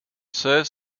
serves